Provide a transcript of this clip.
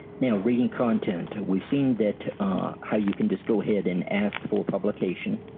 now reading content we've seen that how you can just go ahead and ask for publication